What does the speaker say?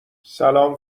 سلام